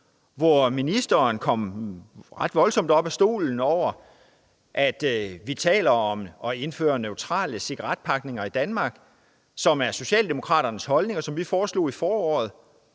hvor ministeren kom ret voldsomt op af stolen over, at vi taler om at indføre neutrale cigaretpakker i Danmark – det er Socialdemokraternes holdning, og det foreslog vi i foråret